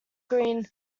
green